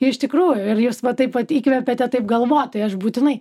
iš tikrųjų ir jūs va taip vat įkvepiate taip galvot tai aš būtinai